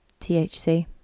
thc